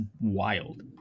wild